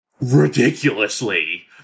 ridiculously